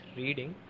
reading